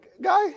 guy